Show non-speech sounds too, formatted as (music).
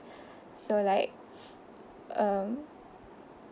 (breath) so like um